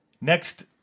Next